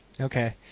Okay